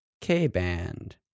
K-Band